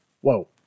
whoa